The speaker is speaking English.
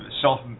self